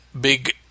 big